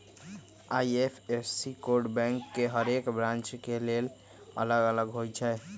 IFSC code bank के हरेक branch के लेल अलग अलग होई छै